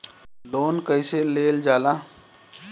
Loan कईसे लेल जाला?